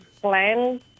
plan